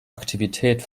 aktivität